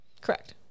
Correct